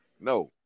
No